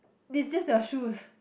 this is just her shoes